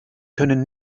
können